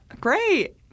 great